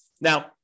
Now